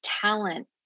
talent